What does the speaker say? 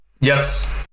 Yes